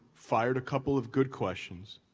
fired a couple of good questions,